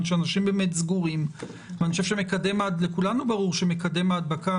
שאנשים באמת סגורים ואני חושב שלכולנו ברור שמקדם ההדבקה,